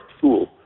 tool